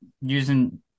using